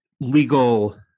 legal